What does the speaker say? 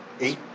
Eight